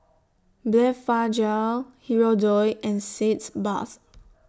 Blephagel Hirudoid and Sitz Bath